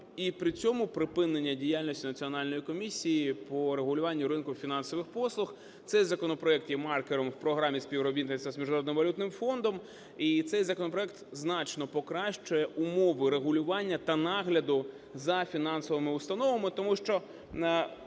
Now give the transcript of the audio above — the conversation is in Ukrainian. І при цьому припинення діяльності Національної комісії по регулюванню ринку фінансових послуг. Цей законопроект є маркером в програмі співробітництва з Міжнародним валютним фондом і цей законопроект значно покращує умови регулювання та нагляду за фінансовими установами. Тому що